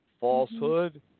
Falsehood